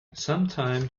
sometime